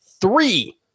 three